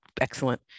excellent